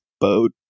boat